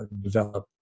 develop